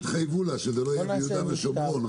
אם תתחייבו לה שזה לא יהיה ביהודה ושומרון,